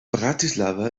bratislava